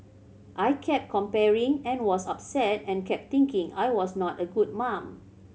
I kept comparing and was upset and kept thinking I was not a good mum